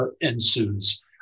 ensues